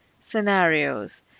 scenarios